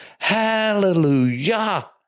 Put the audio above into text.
Hallelujah